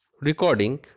recording